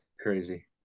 crazy